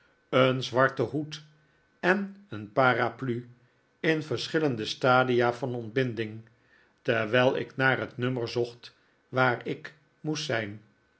een zwarten hoed en een parapluie in verschillende stadia van ontbinding terwijl ik naar het nummer zocht waar ik moest zijn